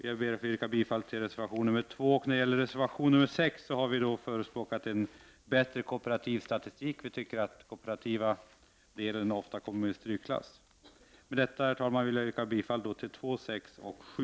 Jag ber att få yrka bifall till reservation 2. I reservation 6 har vi förespråkat en bättre kooperativ statistik. Vi tycker att den kooperativa delen ofta kommer i strykklass. Herr talman! Jag ber att få yrka bifall till reservationerna 2, 6 och 7.